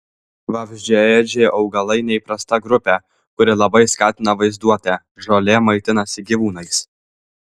vabzdžiaėdžiai augalai neįprasta grupė kuri labai skatina vaizduotę žolė maitinasi gyvūnais